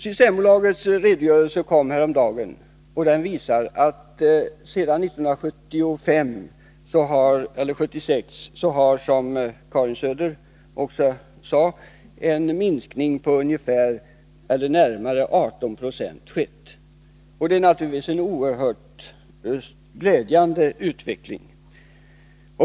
Systembolagets redogörelse kom häromdagen, och den visar att sedan 1976 har, som Karin Söder också sade, en minskning på närmare 18 96 skett. Det är naturligtvis en oerhört glädjande utveckling.